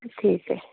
ठीक आहे